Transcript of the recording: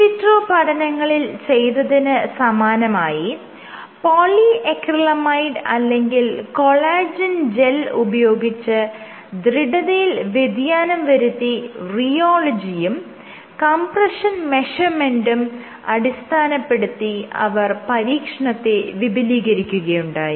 in vitro പഠനങ്ങളിൽ ചെയ്തതിന് സമാനമായി പോളിഅക്രിലമൈഡ് അല്ലെങ്കിൽ കൊളാജെൻ ജെൽ ഉപയോഗിച്ച് ദൃഢതയിൽ വ്യതിയാനം വരുത്തി റിയോളജിയും കംപ്രെഷൻ മെഷർമെന്റും അടിസ്ഥാനപ്പെടുത്തി അവർ പരീക്ഷണത്തെ വിപുലീകരിക്കുകയുണ്ടായി